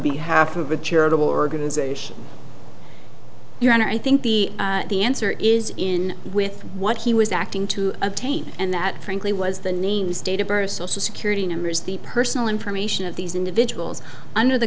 behalf of a charitable organization your honor i think the the answer is in with what he was acting to obtain and that frankly was the names date of birth social security numbers the personal information of these individuals under the